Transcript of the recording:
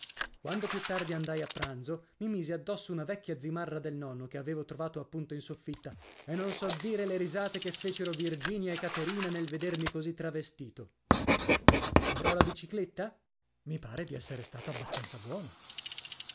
quando più tardi andai a pranzo mi misi addosso una vecchia zimarra del nonno che avevo trovato appunto in soffitta e non so dire le risate che fecero virginia e caterina nel vedermi così travestito avrò la bicicletta i pare di essere stato abbastanza buono